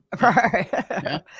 Right